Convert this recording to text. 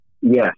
Yes